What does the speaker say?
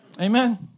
Amen